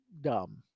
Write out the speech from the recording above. dumb